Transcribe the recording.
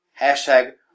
hashtag